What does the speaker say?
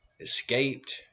escaped